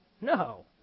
No